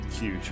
huge